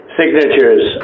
signatures